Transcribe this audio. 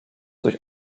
durch